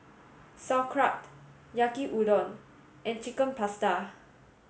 Sauerkraut Yaki Udon and Chicken Pasta